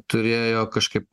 turėjo kažkaip